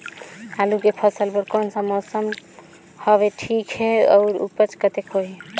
आलू के फसल बर कोन सा मौसम हवे ठीक हे अउर ऊपज कतेक होही?